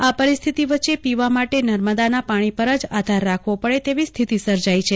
આ પરીસ્થિતિ વચ્ચે પીવા માટે નર્મદાના પાણી પર જ આધાર રાખવો પડે તેવી સર્જાઈ છે